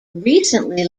recently